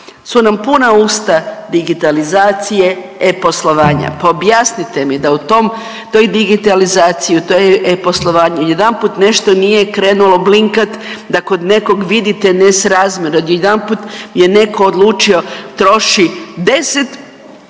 su nam puna usta digitalizacije, e-poslovanja, pa objasnite mi da u tom, toj digitalizaciji, u toj e-poslovanje odjedanput nešto nije krenulo blinkati da kod nekog vidite nesrazmjer, odjedanput je netko odlučio troši 10,